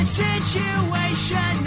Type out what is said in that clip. situation